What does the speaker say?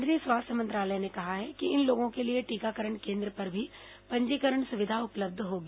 केन्द्रीय स्वास्थ्य मंत्रालय ने कहा है कि इन लोगों के लिए टीकाकरण केन्द्र पर भी पंजीकरण सुविधा उपलब्ध होगी